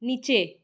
নিচে